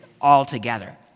altogether